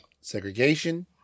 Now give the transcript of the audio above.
segregation